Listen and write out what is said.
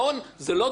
זה לא דו-שיח.